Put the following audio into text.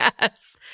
Yes